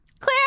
Claire